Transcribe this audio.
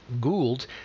Gould